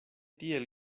tiel